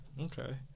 Okay